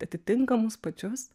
atitinka mus pačius